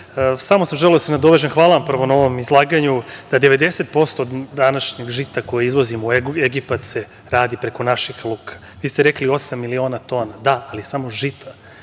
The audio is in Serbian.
Samo sam želeo da se nadovežem. Prvo, hvala vam na ovom izlaganju, na 90% današnjeg žita koji izvozimo u Egipat se radi preko naših luka. Vi ste rekli osam miliona tona. Da, ali samo žita.